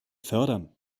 fördern